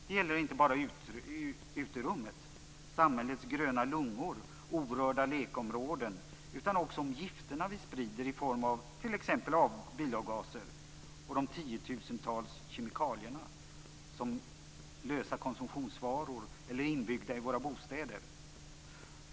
Det gäller inte bara uterummet, samhällets gröna lungor, orörda lekområden, utan också gifterna vi sprider i form av t.ex. bilavgaser och de tiotusentals kemikalierna som finns som lösa konsumtionsvaror eller inbyggda i våra bostäder.